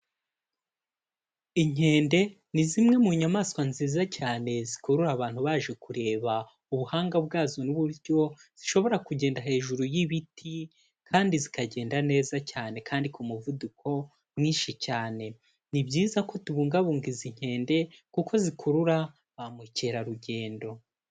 Inkende ni zimwe mu nyamaswa nziza cyane zikurura abantu baje kureba ubuhanga bwazo n'uburyo zishobora kugenda hejuru y'ibiti kandi zikagenda neza cyane kandi ku muvuduko mwinshi cyane, ni byiza ko tubungabunga izi nkende kuko zikurura ba mukerarugendo.